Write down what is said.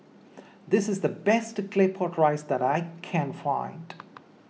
this is the best Claypot Rice that I can find